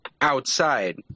outside